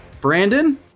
Brandon